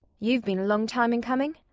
you've been a long time in coming.